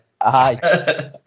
aye